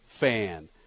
fan